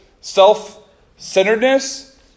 self-centeredness